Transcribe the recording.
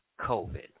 COVID